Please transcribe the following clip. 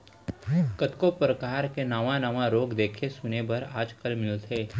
कतको परकार के नावा नावा रोग देखे सुने बर आज काल मिलथे